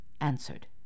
answered